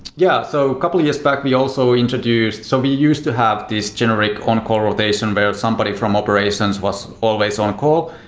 yeah. so a couple of years back we introduced so we used to have this generic on call rotation where somebody from operations was always on call,